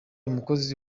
umukozi